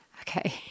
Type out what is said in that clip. okay